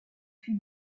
fut